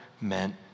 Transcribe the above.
meant